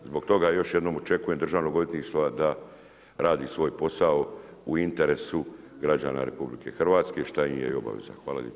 Zbog toga još jednom očekujem Državno odvjetništvo da radi svoj posao u interesu građana RH šta im je i obaveza.